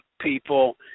people